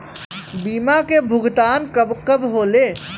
बीमा के भुगतान कब कब होले?